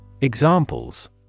Examples